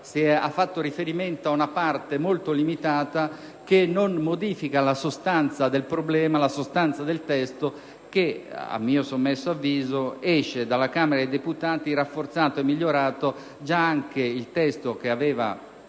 lei ha fatto riferimento ad una parte molto limitata, che non modifica la sostanza del problema, la sostanza del testo. Quest'ultimo - a mio sommesso avviso - esce dalla Camera dei deputati rafforzato e migliorato (anche il testo approvato